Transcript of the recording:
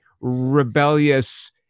rebellious